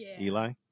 eli